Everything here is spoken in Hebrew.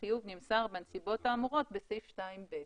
החיוב נמסר בנסיבות האמורות בסעיף 2(ב).